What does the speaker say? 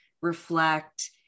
reflect